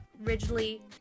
Ridgely